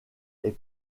est